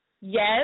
Yes